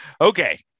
Okay